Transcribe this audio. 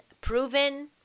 proven